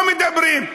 לא מדברים.